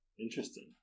interesting